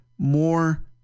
more